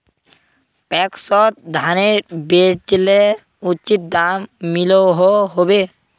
पैक्सोत धानेर बेचले उचित दाम मिलोहो होबे?